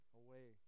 away